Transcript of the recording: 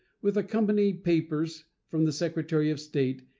with accompanying papers from the secretary of state,